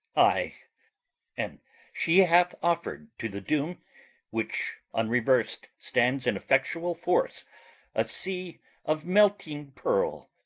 ay and she hath offered to the doom which, unrevers'd, stands in effectual force a sea of melting pearl,